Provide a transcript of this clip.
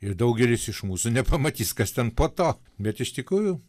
ir daugelis iš mūsų nepamatys kas ten po to bet iš tikrųjų